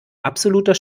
absoluter